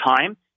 time